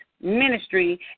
ministry